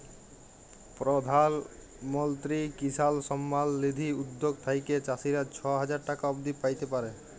পরধাল মলত্রি কিসাল সম্মাল লিধি উদ্যগ থ্যাইকে চাষীরা ছ হাজার টাকা অব্দি প্যাইতে পারে